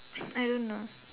I don't know